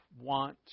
want